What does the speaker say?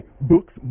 books